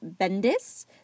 Bendis